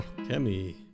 Kemi